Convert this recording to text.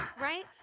right